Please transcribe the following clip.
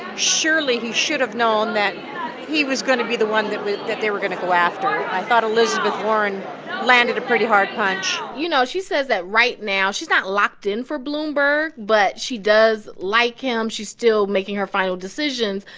surely he should have known that he was going to be the one that that they were going to go after. i thought elizabeth warren landed a pretty hard punch you know, she says that right now she's not locked in for bloomberg, but she does like him. she's still making her final decisions.